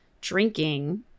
drinking